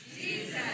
Jesus